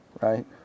right